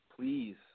please